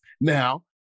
Now